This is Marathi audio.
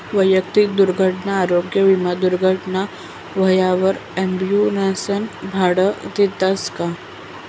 वैयक्तिक दुर्घटना आरोग्य विमा दुर्घटना व्हवावर ॲम्बुलन्सनं भाडं देस का?